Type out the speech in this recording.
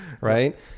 right